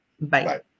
bye